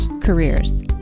careers